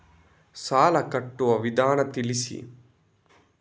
ಸಾಲ ಕಟ್ಟುವ ವಿಧಾನ ತಿಳಿಸಿ?